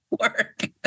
work